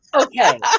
Okay